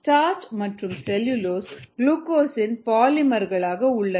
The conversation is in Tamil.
ஸ்டார்ச் மற்றும் செல்லுலோஸ் குளுக்கோஸின் பாலிமர்களாக உள்ளன